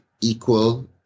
equal